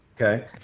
Okay